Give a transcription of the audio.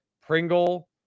Pringle